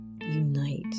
unite